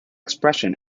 expression